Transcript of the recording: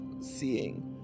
seeing